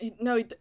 No